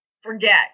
forget